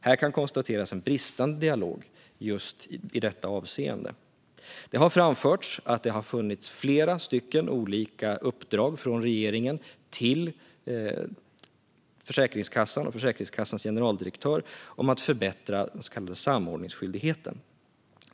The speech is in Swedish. Här kan konstateras en bristande dialog i detta avseende. Det har framförts att det har funnits flera olika uppdrag från regeringen till Försäkringskassan och Försäkringskassans generaldirektör om att förbättra den så kallade samordningsskyldigheten.